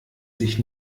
sich